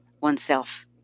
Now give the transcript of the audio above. oneself